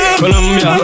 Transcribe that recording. Colombia